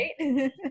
Right